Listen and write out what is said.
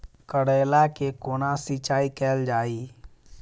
करैला केँ कोना सिचाई कैल जाइ?